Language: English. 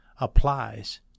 applies